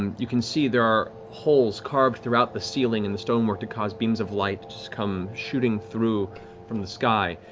and you can see there are holes carved throughout the ceiling and the stonework that cause beams of light to come shooting through from the sky.